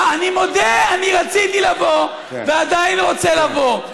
אני מודה, אני רציתי לבוא, ועדיין רוצה לבוא.